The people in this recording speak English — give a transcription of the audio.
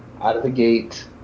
out-of-the-gate